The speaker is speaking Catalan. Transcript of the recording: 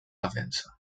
defensa